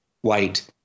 white